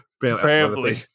Family